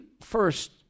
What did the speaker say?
first